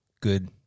good